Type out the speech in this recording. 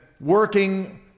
working